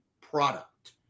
product